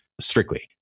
strictly